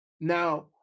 Now